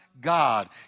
God